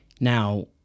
Now